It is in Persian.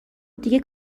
دیگه